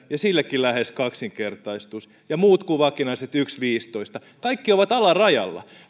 ja sillekin lähes kaksinkertaistus ja muiden kuin vakinaisten yksi pilkku viisitoista kaikki ovat alarajalla